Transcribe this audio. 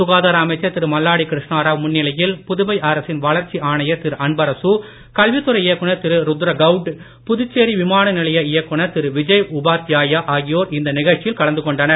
சுகாதார அமைச்சர் திரு மல்லாடி கிருஷ்ணராவ் முன்னிலையில் புதுவை அரசின் வளர்ச்சி ஆணையர் திரு அன்பரசு கல்வித் துறை இயக்குனர் திரு ருத்ரகவுட் புதுச்சேரி விமான நிலைய இயக்குனர் திரு விஜய் உபாத்யாயா ஆகியோர் இந்த நிகழ்ச்சியில் கலந்து கொண்டனர்